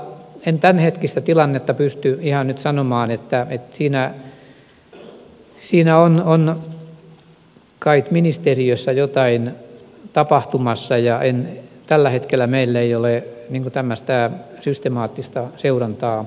en tämänhetkistä tilannetta pysty ihan nyt sanomaan siinä on kai ministeriössä jotain tapahtumassa ja tällä hetkellä meillä ei ole tämmöistä systemaattista seurantaa olemassa